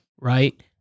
right